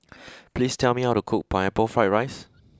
please tell me how to cook Pineapple Fried Rice